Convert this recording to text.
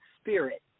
spirit